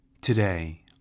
Today